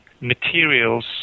materials